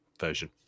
version